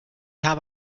habe